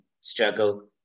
struggle